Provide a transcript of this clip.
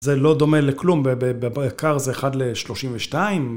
זה לא דומה לכלום, בבקר זה 1 ל-32.